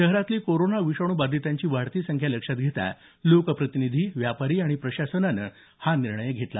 शहरातली कोरोना विषाणू बाधितांची वाढती संख्या लक्षात घेता लोकप्रतिनिधी व्यापारी आणि प्रशासनानं हा निर्णय घेतला